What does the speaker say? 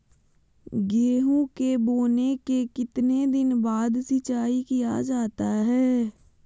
गेंहू के बोने के कितने दिन बाद सिंचाई किया जाता है?